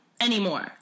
anymore